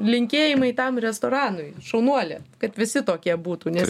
linkėjimai tam restoranui šaunuolė kad visi tokie būtų nes